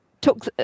took